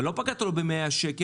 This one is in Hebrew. אבל לא פגעת לו ב-100 שקל,